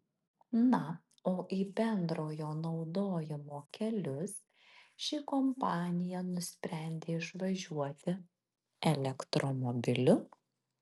na o į bendrojo naudojimo kelius ši kompanija nusprendė išvažiuoti elektromobiliu